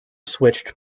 switched